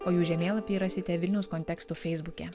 o jų žemėlapį rasite vilniaus kontekstų feisbuke